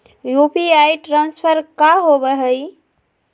UPI transfer का होव हई?